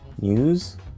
news